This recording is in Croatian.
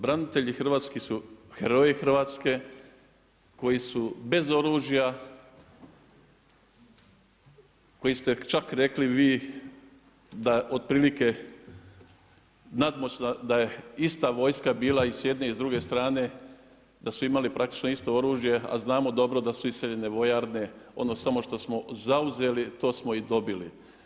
Branitelji hrvatski su heroji Hrvatske koji su bez oružja, koji ste čak rekli vi da otprilike da je ista vojska bila i s jedne i s druge strane, da su imali praktično isto oružje, a znamo da su iseljene vojarne ono samo što smo zauzeli to smo i dobili.